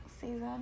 season